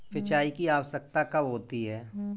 सिंचाई की आवश्यकता कब होती है?